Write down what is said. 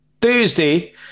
Thursday